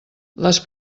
les